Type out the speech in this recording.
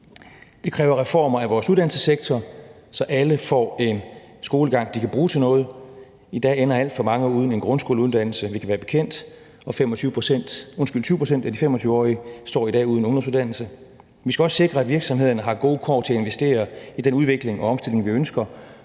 Det kræver reformer af vores uddannelsessektor, så alle får en skolegang, de kan bruge til noget. I dag ender alt for mange uden en grundskoleuddannelse, vi kan være bekendt, og 20 pct. af de 25-årige står i dag uden ungdomsuddannelse. Vi skal også sikre, at virksomhederne har gode kår til at investere i den udvikling og omstilling, vi ønsker,